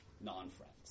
non-friends